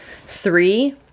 three